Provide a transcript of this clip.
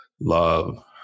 love